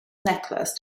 necklace